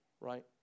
right